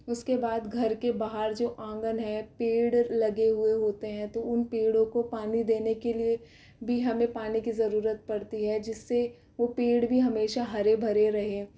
उसके बाद घर के बाहर जो आंगन है पेड़ लगे हुए होते हैं तो उन पेड़ों को पानी देने के लिए भी हमें पानी की ज़रुरत पड़ती है जिससे वो पेड़ भी हमेशा हरे भरे रहें